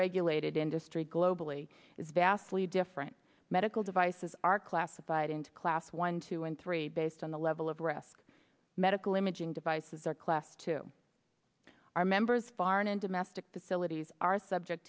regulated industry globally is vastly different medical devices are classified into class one two and three based on the level of risk medical imaging devices are classed to our members foreign and domestic the facilities are subject